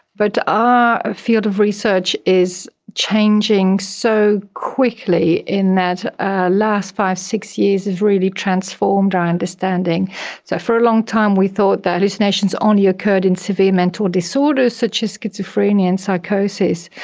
but our ah field of research is changing so quickly in that ah last five or six years has really transformed our understanding. so for a long time we thought that hallucinations only occurred in severe mental disorders such as schizophrenia and psychosis,